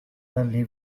early